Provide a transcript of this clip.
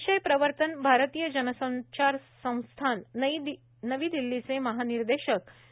विषय प्रवर्तन भारतीय जनसंचार संस्थान नवी दिल्लीचे महानिदेशक प्रो